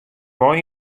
wei